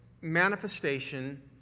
manifestation